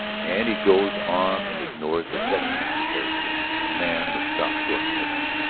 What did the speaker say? and he goes on and ignores the second necessary principle a man must stop short of murder.